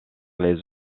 les